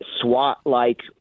SWAT-like